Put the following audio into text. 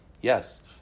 Yes